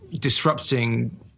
disrupting